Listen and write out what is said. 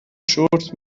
شرت